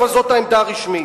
אבל זאת העמדה הרשמית.